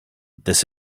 this